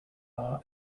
are